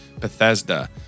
Bethesda